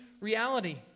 reality